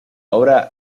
obra